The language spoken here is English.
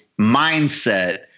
mindset